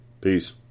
Peace